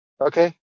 Okay